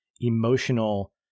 emotional